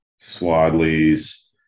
swadley's